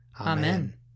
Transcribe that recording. Amen